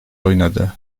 oynadı